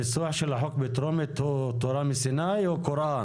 הניסוח של החוק בטרומית הוא תורה מסיני או קוראן?